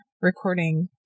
recording